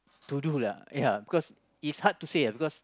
to do lah ya cause it's hard to say lah because